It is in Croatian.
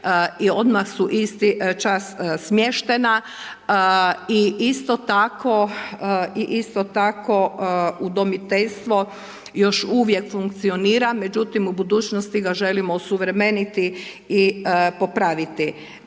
odmah su isti čas smještena i isto tako udomiteljstvo još uvijek funkcionira. Međutim, u budućnosti ga želimo osuvremeniti i popraviti.